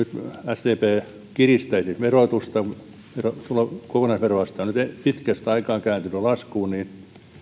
sdp kiristäisi verotusta se että kokonaisveroaste on nyt pitkästä aikaa kääntynyt laskuun